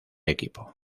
equipo